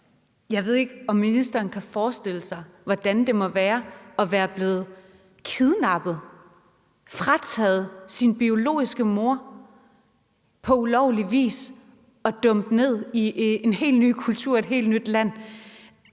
Jeg ved ikke, om ministeren kan forestille sig, hvordan det må være at være blevet kidnappet, frataget sin biologiske mor på ulovlig vis og være dumpet ned i en helt ny kultur og et helt nyt land.